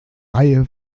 reihe